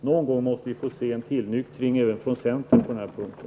Någon gång måste vi få se en tillnyktring på den här punkten, även från centern.